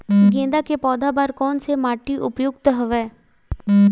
गेंदा के पौधा बर कोन से माटी उपयुक्त हवय?